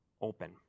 open